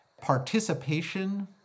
participation